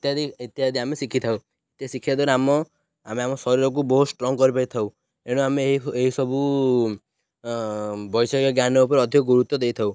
ଇତ୍ୟାଦି ଇତ୍ୟାଦି ଆମେ ଶିଖିଥାଉ ଏହା ଶିଖିବା ଦ୍ୱାରା ଆମ ଆମେ ଆମ ଶରୀରକୁ ବହୁତ ଷ୍ଟ୍ରଙ୍ଗ କରିପାରିଥାଉ ଏଣୁ ଆମେ ଏହି ଏହିସବୁ ବୈଷୟିକ ଜ୍ଞାନ ଉପରେ ଅଧିକ ଗୁରୁତ୍ୱ ଦେଇଥାଉ